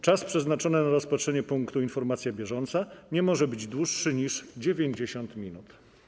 Czas przeznaczony na rozpatrzenie punktu: Informacja bieżąca nie może być dłuższy niż 90 minut.